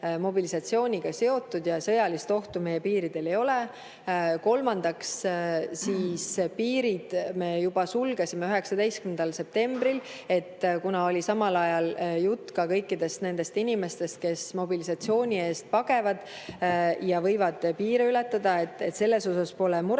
mobilisatsiooniga seotud – ja sõjalist ohtu meie piiridel ei ole. Kolmandaks, piirid me sulgesime juba 19. septembril, kuna oli jutt kõikidest nendest inimestest, kes mobilisatsiooni eest pagevad ja võivad piire ületada, et selles osas pole muret.